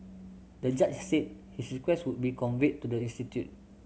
the judge said his request would be conveyed to the institute